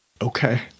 okay